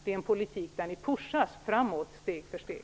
Det är en politik där ni skjuts framåt steg för steg.